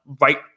right